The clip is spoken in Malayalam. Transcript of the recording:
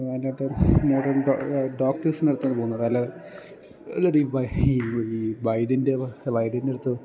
അല്ലാത്തൊരു മോഡേൺ ഡോക്റ്റേഴ്സിനടുത്താണ് പോകുന്നത് അല്ലാതെ ഈ വൈദ്യൻ്റേത് വൈദ്യൻ്റടുത്ത്